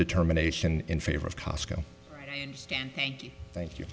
determination in favor of cosco thank you